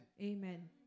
Amen